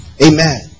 Amen